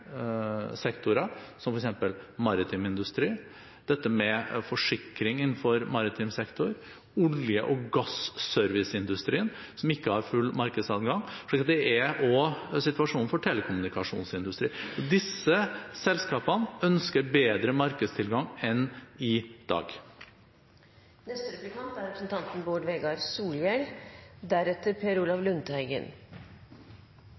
sektorer som f.eks. maritim industri, dette med forsikring innenfor maritim sektor og olje- og gasserviceindustrien, som ikke har full markedsadgang, og det er situasjonen også for telekommunikasjonsindustrien. Disse selskapene ønsker bedre markedstilgang enn i dag.